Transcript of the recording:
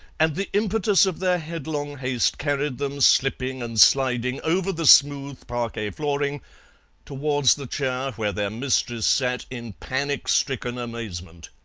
and the impetus of their headlong haste carried them, slipping and sliding, over the smooth parquet flooring towards the chair where their mistress sat in panic-stricken amazement.